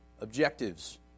Objectives